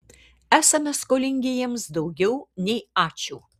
esame skolingi jiems daugiau nei ačiū